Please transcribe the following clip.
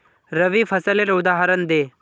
रवि फसलेर उदहारण दे?